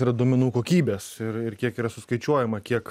yra duomenų kokybės ir ir kiek yra suskaičiuojama kiek